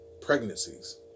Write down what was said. pregnancies